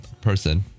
person